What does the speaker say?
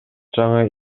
жаңы